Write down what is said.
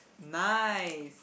nice